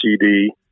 CD